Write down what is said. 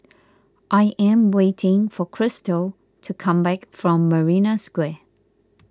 I am waiting for Krystal to come back from Marina Square